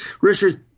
Richard